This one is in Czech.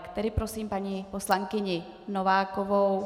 Tedy prosím paní poslankyni Novákovou.